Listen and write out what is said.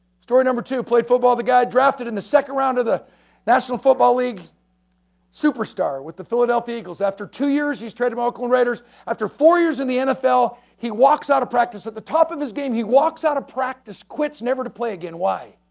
story number two, played football, the guy had drafted in the second round of the national football league superstar, with the philadelphia eagles. after two years, he's trade with oakland raiders. after four years in the nfl, he walks out of practice. at the top of his game, he walks out of practice. quits, never to play again. why?